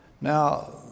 Now